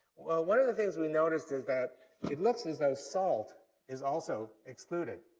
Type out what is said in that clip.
one of the things we noticed is that it looks as though salt is also excluded.